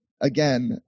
again